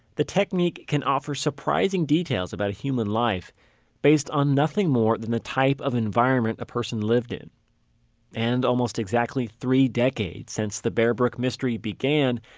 the technique can offer surprising details about a human life based on nothing more than the type of environment a person lived in and almost exactly three decades since the bear brook mystery began,